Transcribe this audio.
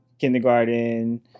kindergarten